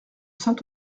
saint